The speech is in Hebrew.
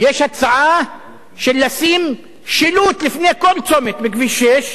יש הצעה לשים שילוט לפני כל צומת בכביש 6,